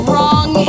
Wrong